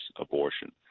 abortion